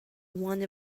one